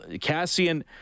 Cassian